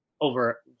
over